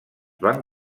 van